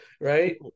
right